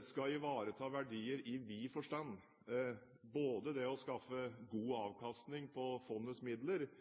skal ivareta verdier i vid forstand, ved både å skaffe god